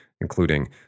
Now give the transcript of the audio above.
including